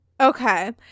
Okay